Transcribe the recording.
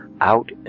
out